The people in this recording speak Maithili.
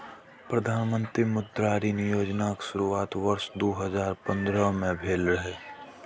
प्रधानमंत्री मुद्रा ऋण योजनाक शुरुआत वर्ष दू हजार पंद्रह में भेल रहै